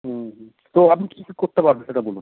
হুম হুম তো আপনি কী কী করতে পারবেন সেটা বলুন